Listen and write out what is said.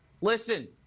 listen